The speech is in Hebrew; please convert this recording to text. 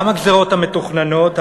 גם הגזירות המתוכננות,